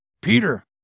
Peter